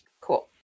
cool